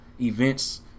events